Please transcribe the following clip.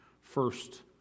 first